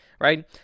right